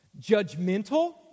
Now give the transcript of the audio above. Judgmental